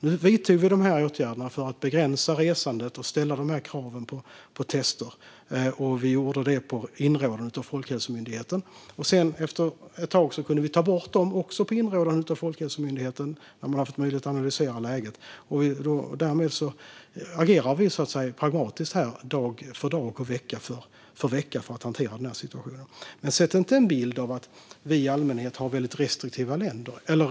Vi vidtog de här åtgärderna för att begränsa resandet och ställa dessa krav på tester. Vi gjorde det på inrådan av Folkhälsomyndigheten. Efter ett tag kunde vi ta bort dem, även då på inrådan av Folkhälsomyndigheten, när man fått möjlighet att analysera läget. Därmed agerar vi pragmatiskt dag för dag och vecka för vecka för att hantera situationen. Sätt inte en bild av att vi i allmänhet har väldigt restriktiva regler!